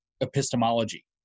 epistemology